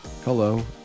Hello